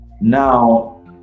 Now